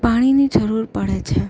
પાણીની જરૂર પડે છે